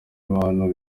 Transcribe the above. bantu